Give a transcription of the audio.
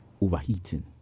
overheating